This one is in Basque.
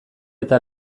eta